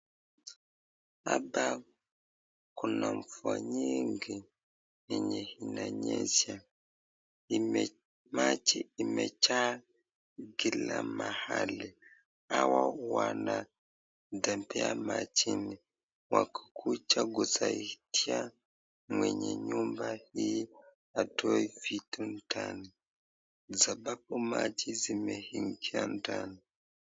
Hapa kuna mvua nyingi yenye inanyesha. Maji imejaa kila mahali. Hawa wanatembea majini wakikuja kusaidia mwenye nyumba hii atoe vitu ndani sababu maji zimeingia ndani.